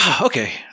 okay